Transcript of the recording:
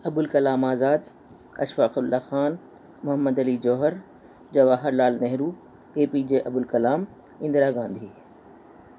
Abul Kalam Azad Ashfaq Ullah Khan Mohammad Ali Jauhar Jawahar Lal Nehru A P J Abul Kalam Indira Gandhi